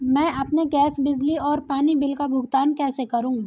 मैं अपने गैस, बिजली और पानी बिल का भुगतान कैसे करूँ?